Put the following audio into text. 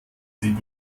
sie